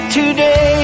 today